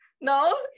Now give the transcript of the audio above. No